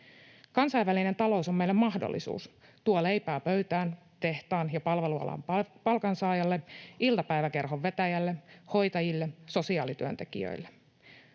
Kansainvälinen talous on meille mahdollisuus: se tuo leipää pöytään tehtaan ja palvelualan palkansaajalle, iltapäiväkerhon vetäjälle, hoitajille ja sosiaalityöntekijöille.